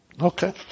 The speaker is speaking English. Okay